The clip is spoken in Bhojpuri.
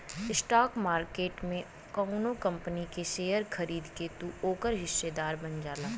स्टॉक मार्केट में कउनो कंपनी क शेयर खरीद के तू ओकर हिस्सेदार बन जाला